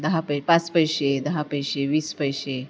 दहा पै पाच पैसे दहा पैसे वीस पैसे